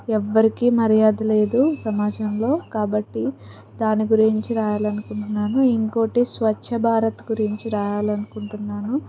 ఎవరికి మర్యాద లేదు సమాజంలో కాబట్టి దాని గురించి రాయాలనుకుంటున్నాను ఇంకొకటి స్వచ్ఛభారత్ గురించి రాయాలనుకుంటున్నాను